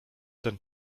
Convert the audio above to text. ten